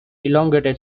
elongated